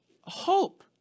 hope